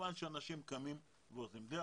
עם